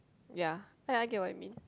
ya I I get what you mean